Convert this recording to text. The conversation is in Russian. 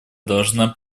должна